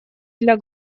для